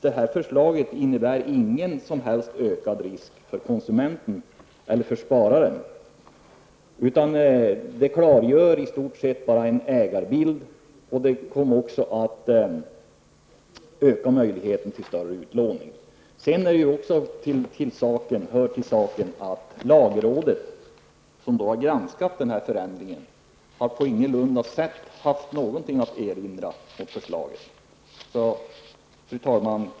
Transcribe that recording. Det här förslaget innebär ingen som helst ökad risk för konsumenten eller för spararen, utan det klargör bara en ägarbild. Det kommer också att öka möjligheten till större utlåning. Det hör också till saken att lagrådet, som har granskat den här förändringen, på intet sätt har haft någonting att erinra mot förslaget. Fru talman!